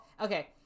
okay